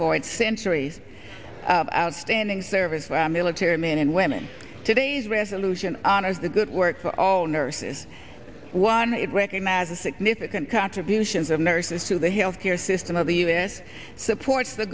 for centuries outstanding service for our military men and women today's resolution honors the good work for all nurses one it recognizes significant contributions of nurses to the health care system of the us supports the